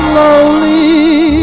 Slowly